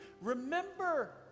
Remember